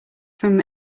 from